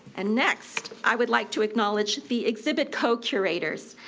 and next i would like to acknowledge the exhibit co-curators.